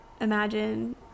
imagine